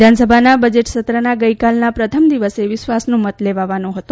વિધાનસભાના બજેટ સત્રના ગઈકાલના પ્રથમ દિવસે વિશ્વાસનો મત લેવાવાનો હતો